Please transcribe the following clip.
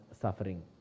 suffering